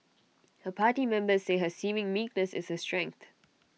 her party members say her seeming meekness is her strength